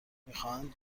میخواهند